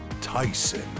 Tyson